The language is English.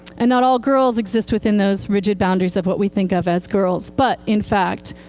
and not all girls exist within those rigid boundaries of what we think of as girls. but, in fact,